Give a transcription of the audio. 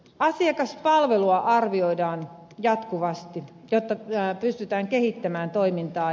asiakaspalvelua arvioidaan jatkuvasti jotta pystytään kehittämään toimintaa